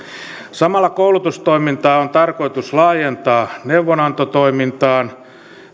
samalla koulutustoimintaa on tarkoitus laajentaa neuvonantotoimintaan